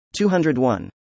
201